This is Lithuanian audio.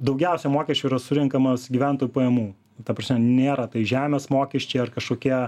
daugiausia mokesčių yra surenkamas gyventojų pajamų ta prasme nėra tai žemės mokesčiai ar kažkokie